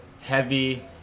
heavy